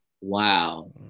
wow